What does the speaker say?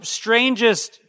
strangest